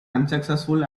unsuccessful